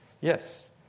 Yes